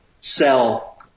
sell